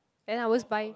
then I always buy